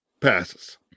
passes